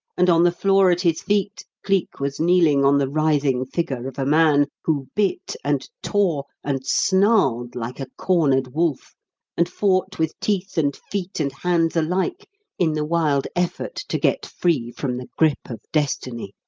and on the floor at his feet cleek was kneeling on the writhing figure of a man, who bit and tore and snarled like a cornered wolf and fought with teeth and feet and hands alike in the wild effort to get free from the grip of destiny.